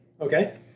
Okay